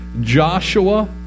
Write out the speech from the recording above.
Joshua